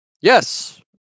Yes